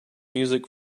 music